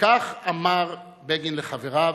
וכך אמר בגין לחבריו,